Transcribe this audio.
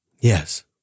Yes